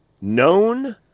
known